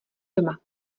doma